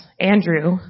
Andrew